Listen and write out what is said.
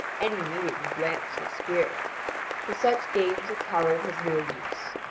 any meeting with lance or spear for such games a coward has no use.